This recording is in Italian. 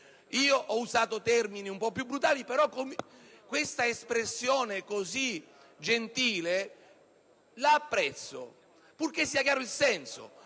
Io ho usato termini un po' più brutali ma apprezzo quest'espressione così gentile, purché sia chiaro il senso!